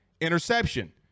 interception